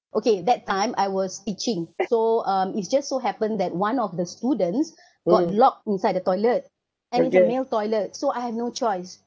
okay that time I was teaching so um it's just so happen that one of the students got locked inside the toilet and it's a male toilet so I have no choice